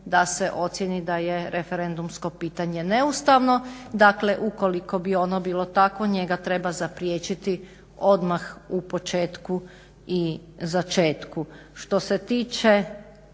da se ocijeni da je referendumsko pitanje neustavno. Dakle, ukoliko bi ono bilo takvo njega treba zapriječiti odmah u početku i začetku.